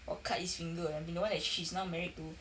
or cut his finger or something the one that she's now married to